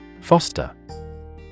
Foster